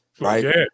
right